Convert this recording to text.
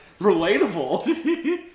relatable